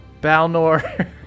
Balnor